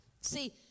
See